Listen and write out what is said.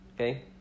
Okay